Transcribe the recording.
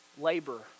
labor